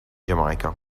jamaica